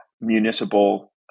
municipal